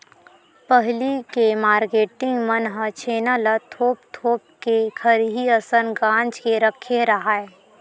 पहिली के मारकेटिंग मन ह छेना ल थोप थोप के खरही असन गांज के रखे राहय